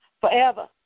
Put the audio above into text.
forever